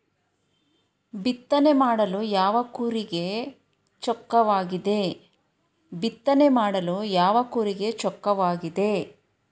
ಬಿತ್ತನೆ ಮಾಡಲು ಯಾವ ಕೂರಿಗೆ ಚೊಕ್ಕವಾಗಿದೆ?